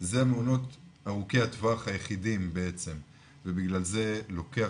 אלה מעונות ארוכי הטווח היחידים בעצם ובגלל זה לוקח